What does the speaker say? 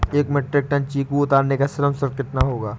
एक metric ton चीकू उतारने का श्रम शुल्क कितना होगा?